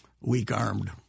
weak-armed